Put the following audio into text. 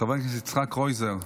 חבר הכנסת יצחק קרויזר,